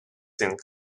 thing